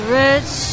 rich